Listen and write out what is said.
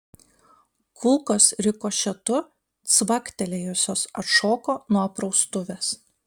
kulkos rikošetu cvaktelėjusios atšoko nuo praustuvės